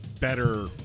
better